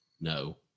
No